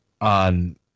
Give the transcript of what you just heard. on